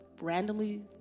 randomly